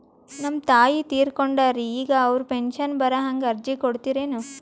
ನಮ್ ತಾಯಿ ತೀರಕೊಂಡಾರ್ರಿ ಈಗ ಅವ್ರ ಪೆಂಶನ್ ಬರಹಂಗ ಅರ್ಜಿ ಕೊಡತೀರೆನು?